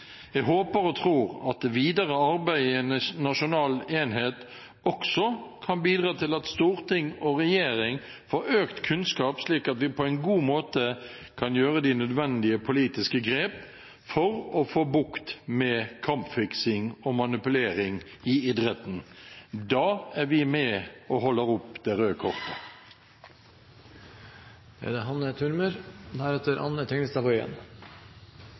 Jeg håper og tror at det videre arbeidet i en nasjonal enhet også kan bidra til at storting og regjering får økt kunnskap, slik at vi på en god måte kan gjøre de nødvendige politiske grep for å få bukt med kampfiksing og manipulering i idretten. Da er vi med og holder opp det røde kortet.